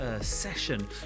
session